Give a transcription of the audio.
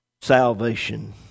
salvation